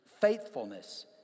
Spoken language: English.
faithfulness